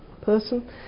person